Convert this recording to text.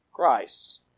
Christ